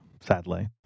sadly